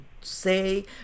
say